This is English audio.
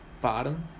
bottom